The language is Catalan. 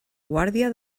guàrdia